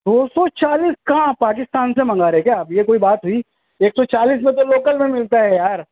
دو سو چالیس کہاں پاکستان سے منگا رہے ہیں کیا آپ یہ کوئی بات ہوئی ایک سو چالیس میں تو لوکل میں ملتا ہے یار